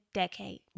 decade